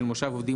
של מושב עובדים,